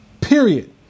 period